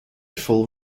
full